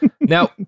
Now